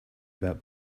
about